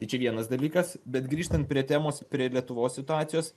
tai čia vienas dalykas bet grįžtant prie temos prie lietuvos situacijos